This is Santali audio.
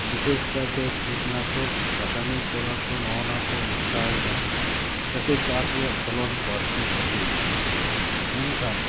ᱵᱤᱥᱮᱥ ᱠᱟᱭᱛᱮ ᱠᱤᱴᱱᱟᱥᱚᱠ ᱨᱟᱥᱟᱭᱚᱱᱤᱠ ᱯᱚᱫᱟᱨᱛᱷᱚ ᱱᱚᱜᱱᱟᱠᱚ ᱢᱮᱥᱟᱭᱮᱫᱟ ᱡᱟᱛᱮ ᱪᱟᱥ ᱨᱮᱭᱟᱜ ᱯᱷᱚᱞᱚᱱ ᱵᱟᱹᱲᱛᱤ ᱠᱷᱟᱹᱛᱤᱨ ᱢᱮᱱᱠᱷᱟᱱ